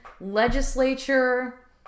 legislature